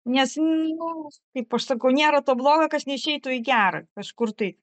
nes nu kaip aš sakau nėra to blogo kas neišeitų į gerą kažkur tai